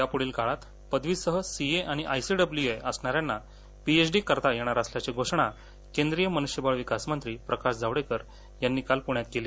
या पुढील काळात पदवीसह सीए आणि आयसी डब्ल्युए असणाऱ्यांना पीएचडी करता येणार असल्याची घोषणा केंद्रिय मनुष्यबळ विकास मंत्री प्रकाश जावडेकर यांनी काल पुण्यात केली